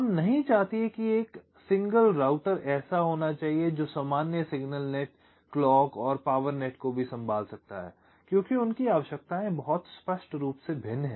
हम नहीं चाहते हैं कि एक एकल राउटर ऐसा होना चाहिए जो सामान्य सिग्नल नेट क्लॉक और पावर नेट को भी संभाल सकता है क्योंकि उनकी आवश्यकताएं बहुत स्पष्ट रूप से भिन्न हैं